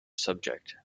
subject